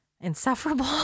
insufferable